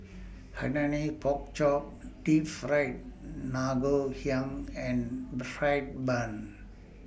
Hainanese Pork Chop Deep Fried Ngoh Hiang and Fried Bun